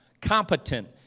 competent